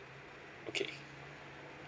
okay